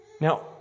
Now